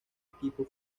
equipo